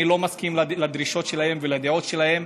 לא מסכים לדרישות שלהם ולדעות שלהם.